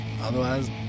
Otherwise